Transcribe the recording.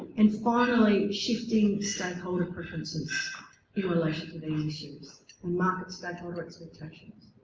and finally shifting stakeholder preferences in relation to these issues. and market stakeholder expectations.